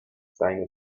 seine